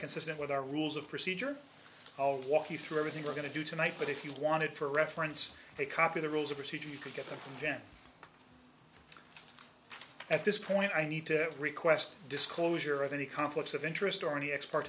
consistent with our rules of procedure i'll walk you through everything we're going to do tonight but if you want it for reference they copy the rules of procedure you could get the president at this point i need to request disclosure of any conflicts of interest or any ex part